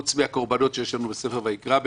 חוץ מהקורבנות שיש לנו בספר ויקרא,